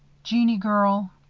jeannie girl,